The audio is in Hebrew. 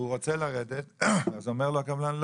והוא רוצה לרדת אז אומר לו הקבלן,